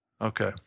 Okay